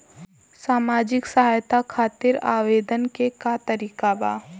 सामाजिक सहायता खातिर आवेदन के का तरीका बा?